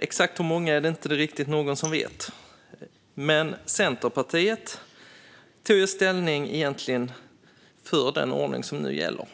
Exakt hur många är det inte riktigt någon som vet. Men Centerpartiet har egentligen tagit ställning för den ordning som nu gäller.